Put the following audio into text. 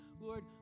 Lord